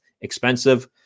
expensive